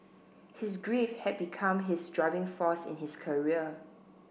his grief had become his driving force in his career